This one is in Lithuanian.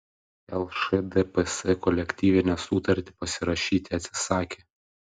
lšdps kolektyvinę sutartį pasirašyti atsisakė